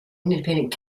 independent